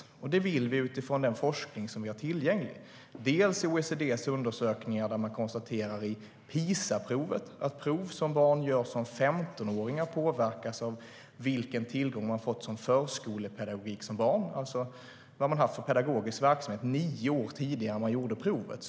Här utgår vi från den forskning som vi har tillgänglig. Det handlar dels om OECD:s undersökningar där man genom PISA-provet konstaterar att prov som 15-åringar gör påverkas av vilken tillgång de har haft till förskolepedagogik som barn, alltså vad de har haft för pedagogisk verksamhet nio år före provet.